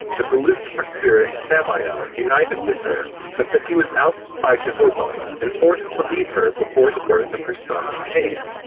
that the lucifer spirit samael united with her but that he was ousted by jehovah and forced to leave her before the birth of her son cain.